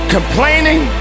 Complaining